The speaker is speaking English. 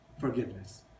forgiveness